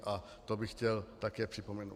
A to bych chtěl také připomenout.